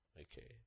Okay